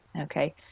okay